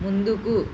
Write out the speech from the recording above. ముందుకు